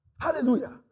Hallelujah